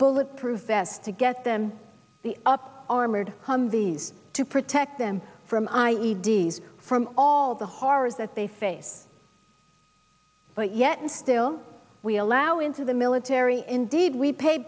bulletproof vests to get them the up armored humvees to protect them from i e d these from all the horrors that they face but yet and still we allow into the military indeed we pa